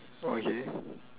okay